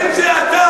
ודאי.